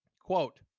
Quote